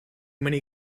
many